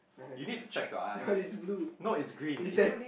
you need to know your eyes no it's green